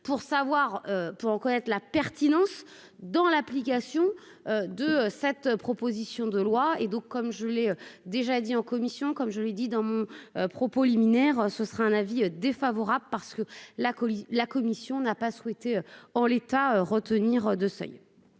pour connaître la pertinence dans l'application. De cette proposition de loi et donc, comme je l'ai déjà dit en commission, comme je l'ai dit dans mon propos liminaire, ce sera un avis défavorable, parce que la, la commission n'a pas souhaité, en l'état, retenir de seuil.